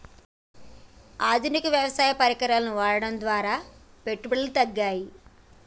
ఆధునిక వ్యవసాయ పరికరాలను వాడటం ద్వారా పెట్టుబడులు తగ్గుతయ?